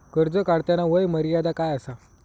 कर्ज काढताना वय मर्यादा काय आसा?